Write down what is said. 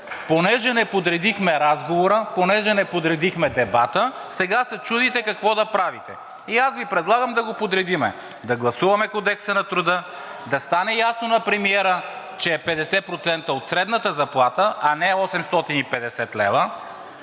Понеже не подредихме разговора, понеже не подредихме дебата, сега се чудите какво да правите. И аз Ви предлагам да го подредим – да гласуваме Кодекса на труда, да стане ясно на премиера, че е 50% от средната заплата, а не 850 лв.